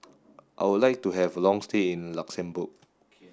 I would like to have a long stay in Luxembourg